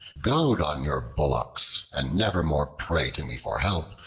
goad on your bullocks, and never more pray to me for help,